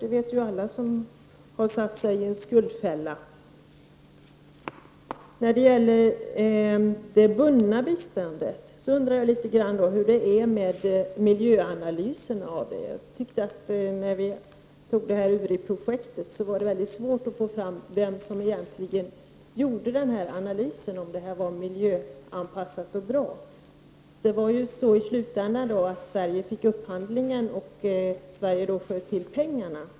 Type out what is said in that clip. Det vet alla som har försatt sig i en skuldfälla. Jag undrar hur det är med miljöanalyserna av det bundna biståndet. När vi deltog i det här Uri-projektet tyckte jag att det var mycket svårt att få fram vem som egentligen gjorde analysen av om det var miljöanpassat och bra. I slutändan fick Sverige upphandlingen, och Sverige sköt då till pengar.